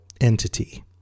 entity